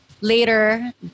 later